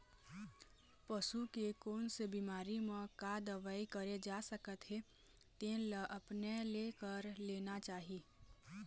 पसू के कोन से बिमारी म का दवई करे जा सकत हे तेन ल अपने ले कर लेना चाही